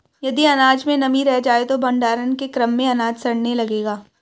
यदि अनाज में नमी रह जाए तो भण्डारण के क्रम में अनाज सड़ने लगेगा